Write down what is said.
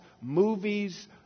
movies